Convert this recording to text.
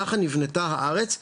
ככה נבנתה הארץ,